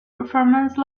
performance